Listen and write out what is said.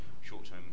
short-term